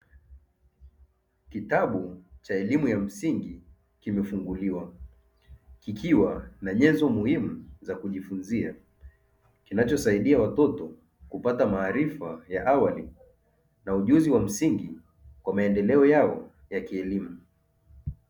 Kitabu cha elimu ya msingi kimefunguliwa. Kikiwa na nyenzo muhimu za kujifunzia, kinachosaidia watoto kupata maarifa ya awali na ujuzi wa msingi kwa maendeleo ya kielimu.